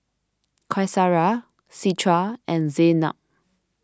Qaisara Citra and Zaynab